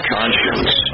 conscience